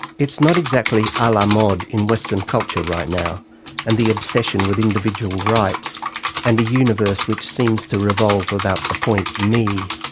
it's not exactly a ah la mode in western culture right now and the obsession with individual rights and a universe which seems to revolve about the point me.